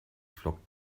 flockt